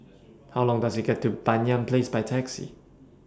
How Long Does IT Take to get to Banyan Place By Taxi